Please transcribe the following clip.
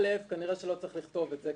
א', כנראה שלא צריך לכתוב את זה.